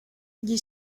gli